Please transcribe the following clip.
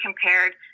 compared